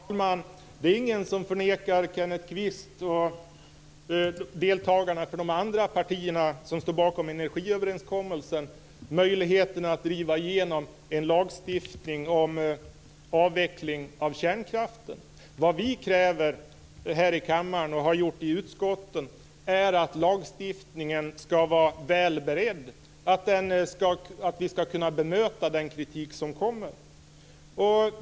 Herr talman! Det är ingen som förnekar Kenneth Kvist och deltagarna från de andra partier som står bakom energiöverenskommelsen möjligheten att driva igenom en lagstiftning om avveckling av kärnkraften. Vad vi kräver här i kammaren, och har gjort i utskotten, är att lagstiftningen skall vara väl beredd. Vi skall kunna bemöta den kritik som kommer.